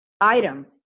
item